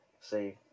See